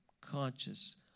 conscious